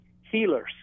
Healers